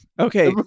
Okay